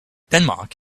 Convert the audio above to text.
denmark